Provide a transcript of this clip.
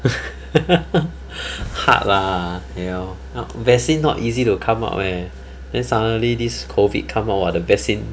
hard lah you know not vaccine not easy to come up eh then suddenly this COVID come out !wah! the vaccine